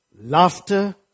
laughter